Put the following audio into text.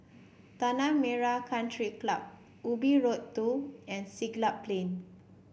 Tanah Merah Country Club Ubi Road Two and Siglap Plain